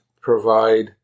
provide